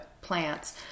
plants